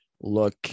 look